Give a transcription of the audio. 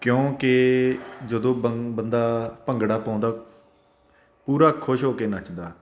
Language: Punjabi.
ਕਿਉਂਕਿ ਜਦੋਂ ਬੰਦਾ ਬੰਦਾ ਭੰਗੜਾ ਪਾਉਂਦਾ ਪੂਰਾ ਖੁਸ਼ ਹੋ ਕੇ ਨੱਚਦਾ